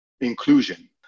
inclusion